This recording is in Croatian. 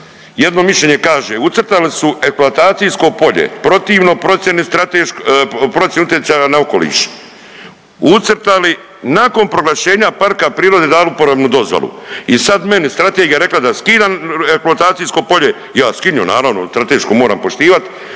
Jedno mišljenje kaže ucrtali su eksploatacijsko polje protivno procjeni utjecaja na okoliš, ucrtali nakon proglašenja parka prirode dali uporabnu dozvolu. I sad meni strategija rekla da skidam eksploatacijsko polje, ja skinio naravno stratešku moramo poštivat,